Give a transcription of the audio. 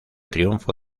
triunfo